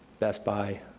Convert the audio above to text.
best buy,